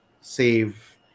save